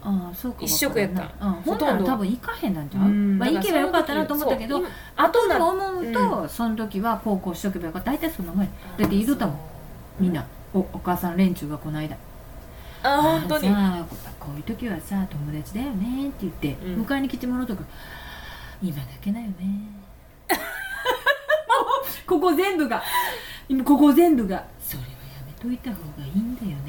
ああ、そうか、一生わからんな。やった。うん。ほとんど。ほんなら多分行かへんなんちゃう？うん。まあ、だからその行けばよかったなと思ったけど、時、そう、今、後で思うと、そう、うん。その時はこうこうしとけばよかった。大体そんなもんや。だって言うとったもん。あ、そう。うん。みんな。お- お母さん連中がこの間。あ、ああ、本当に。さあ、こ- こういう時はさ、友達だよねって言って、うん。迎えに来てもらうとか。今だけだよね。 ここ全部が。今ここ全部が。それはやめといた方がいいんだよね。